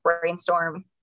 brainstorm